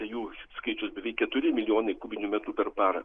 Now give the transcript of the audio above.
jų skaičius beveik keturi milijonai kubinių metrų per parą